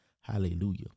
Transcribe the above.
Hallelujah